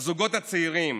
זוגות צעירים,